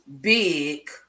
big